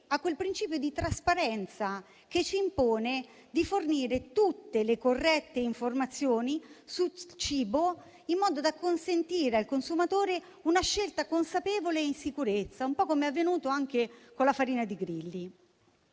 e al principio di trasparenza, che ci impone di fornire tutte le corrette informazioni sul cibo, in modo da consentire al consumatore una scelta consapevole e in sicurezza, un po' come è avvenuto anche con la farina di grilli.